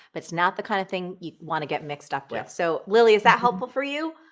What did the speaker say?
but it's not the kind of thing you wanna get mixed up with. so lily, is that helpful for you?